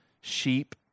sheep